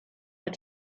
had